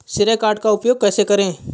श्रेय कार्ड का उपयोग कैसे करें?